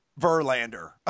Verlander